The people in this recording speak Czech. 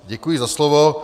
Děkuji za slovo.